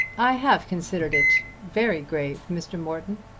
i have considered it very grave, mr. morton.